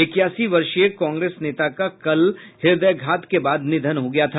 इक्यासी वर्षीय कांग्रेस नेता का कल हृदयाघात के बाद निधन हो गया था